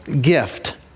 gift